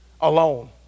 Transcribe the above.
alone